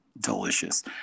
delicious